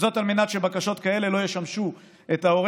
על מנת שבקשות כאלה לא ישמשו את ההורה